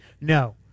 No